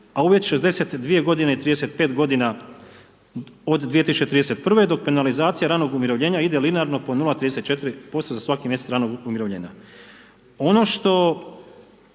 a uvjet 62 godine i 35 godina od 2031. do penalizacije ranog umirovljenja ide linearno po 0,34% za svaki mjesec ranog umirovljenja. Ono što